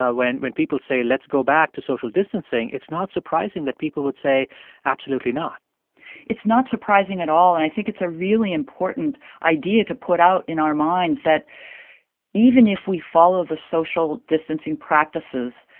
when when people say let's go back to social distancing, it's not surprising that people would say absolutely not it's not surprising at all, and i think it's a really important idea to put out in our minds that even if we follow the social distancing practices,